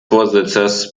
vorsitzes